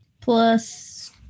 plus